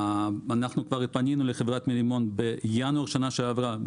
פנינו לחברת מרימון בינואר שנה שעברה,